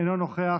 אינו נוכח,